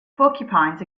porcupines